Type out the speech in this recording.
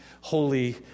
Holy